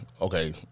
okay